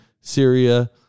Syria